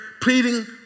pleading